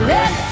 Let